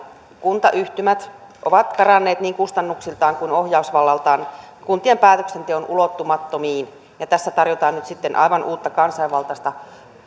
kuntayhtymät on karannut niin kustannuksiltaan kuin ohjausvallaltaan kuntien päätöksenteon ulottumattomiin ja tässä tarjotaan nyt sitten aivan uutta